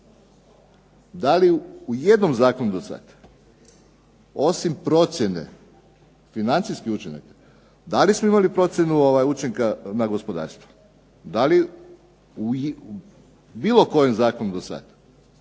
da li u jednom zakonu do sada osim procjene financijskih učinaka, da li smo imali procjenu učinka na gospodarstvo u bilo kojem zakonu do sada?